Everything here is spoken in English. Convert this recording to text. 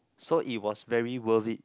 so it was very worth it